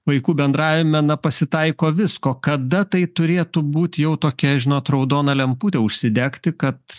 vaikų bendravime na pasitaiko visko kada tai turėtų būt jau tokia žinot raudona lemputė užsidegti kad